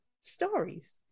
stories